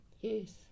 yes